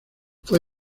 fue